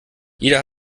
jeder